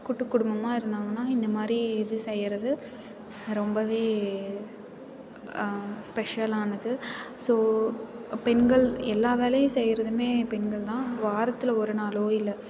கூட்டுக்குடும்பமாக இருந்தாங்கன்னா இந்தமாதிரி இது செய்யறது ரொம்பவே ஸ்பெஷல் ஆனது ஸோ பெண்கள் எல்லா வேலையும் செய்யறதுமே பெண்கள் தான் வாரத்தில் ஒரு நாளோ இல்லை